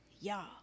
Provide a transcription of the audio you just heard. y'all